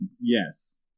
Yes